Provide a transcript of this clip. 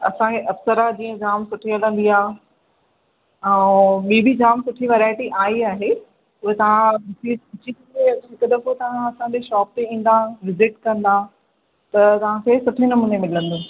असांखे अप्सरा जी जाम सुठी हलंदी आहे ऐं ॿीं बि जाम सुठी वेराईटी आई आहे उहे तव्हां हिकु दफ़ो तव्हां असांजे शॉप ते ईंदा विज़िट कंदा त तव्हांखे सुठे नमूने मिलंदो